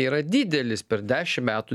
yra didelis per dešim metų